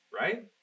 right